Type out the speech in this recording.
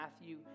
Matthew